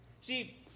See